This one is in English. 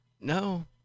No